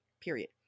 period